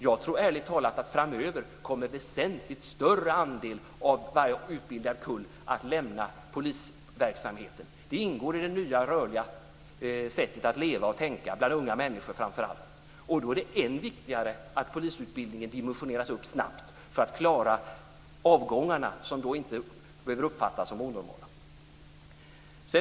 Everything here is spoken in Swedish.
Jag tror ärligt talat att framöver kommer en väsentligt större andel av varje utbildad kull att lämna polisverksamheten. Det ingår i det nya rörliga sättet att leva och tänka, framför allt bland unga människor. Då är det än viktigare att polisutbildningen snabbt dimensioneras upp för att klara avgångarna, som då inte behöver uppfattas som onormala.